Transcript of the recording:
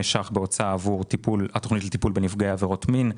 מיליוני שקלים בהוצאה עבור התוכנית לטיפול בנפגעי עבירות מין,